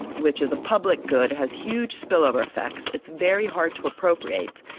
which is a public good, has huge spillover effects. it's very hard to appropriate.